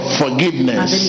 forgiveness